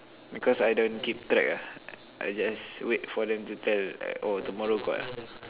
because I don't keep track ah I just wait for them to tell uh oh tomorrow got ah